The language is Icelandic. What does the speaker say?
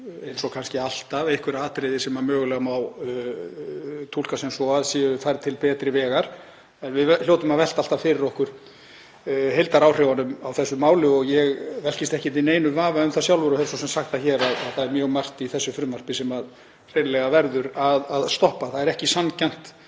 eins og alltaf er, atriði sem mögulega má túlka sem svo að séu færð til betri vegar. En við hljótum að velta fyrir okkur heildaráhrifunum af þessu máli og ég velkist ekki í neinum vafa um það sjálfur, og hef svo sem sagt það hér, að það er mjög margt í þessu frumvarpi sem hreinlega verður að stoppa. Það er ekki sanngjarnt